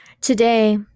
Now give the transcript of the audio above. Today